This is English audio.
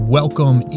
welcome